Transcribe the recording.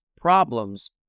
problems